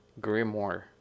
grimoire